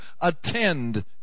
attend